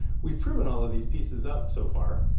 we've proven all of these pieces up, so far,